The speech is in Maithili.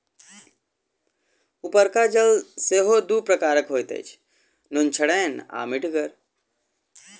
उपरका जल सेहो दू प्रकारक होइत अछि, नुनछड़ैन आ मीठगर